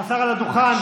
השר על הדוכן.